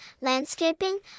landscaping